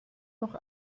noch